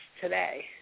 today